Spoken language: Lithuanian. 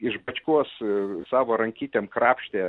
iš bačkos savo rankytėm krapštė